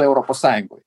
europos sąjungoj